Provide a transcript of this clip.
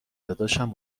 داداشم